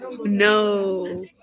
No